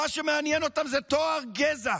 מה שמעניין אותם הוא טוהר גזע.